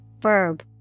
verb